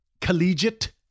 collegiate